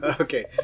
Okay